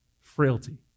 frailty